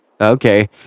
Okay